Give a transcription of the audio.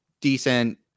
decent